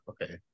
okay